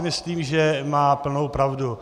Myslím si, že má plnou pravdu.